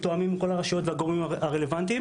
מתואמים עם כל הרשויות והגורמים הרלוונטיים,